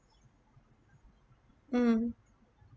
mm